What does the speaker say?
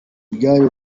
bwari